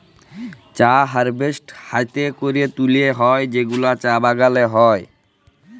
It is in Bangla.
চা হারভেস্ট হ্যাতে ক্যরে তুলে হ্যয় যেগুলা চা বাগালে হ্য়য়